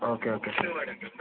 okay okay sir